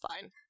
fine